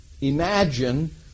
Imagine